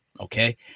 Okay